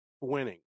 winning